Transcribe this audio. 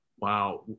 Wow